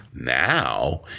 Now